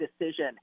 decision